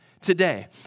today